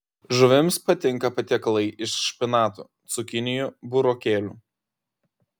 žuvims patinka patiekalai iš špinatų cukinijų burokėlių